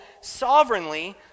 sovereignly